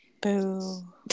Boo